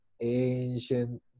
ancient